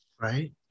Right